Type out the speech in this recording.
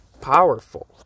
powerful